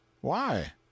Why